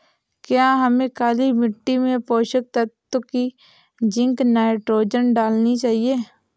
क्या हमें काली मिट्टी में पोषक तत्व की जिंक नाइट्रोजन डालनी चाहिए?